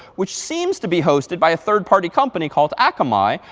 which seems to be hosted by a third party company called akamai,